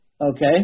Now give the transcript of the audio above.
Okay